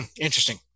Interesting